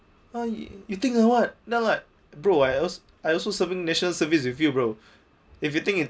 oh you think I'm what then I like bro I I also serving national service with you bro if you think